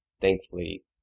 thankfully